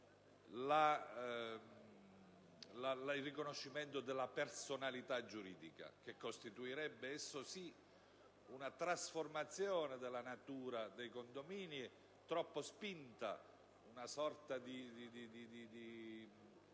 il riconoscimento della personalità giuridica che costituirebbe, esso sì, una trasformazione della natura dei condomini troppo spinta, una sorta di